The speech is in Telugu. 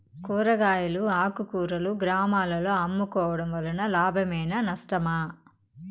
కూరగాయలు ఆకుకూరలు గ్రామాలలో అమ్ముకోవడం వలన లాభమేనా నష్టమా?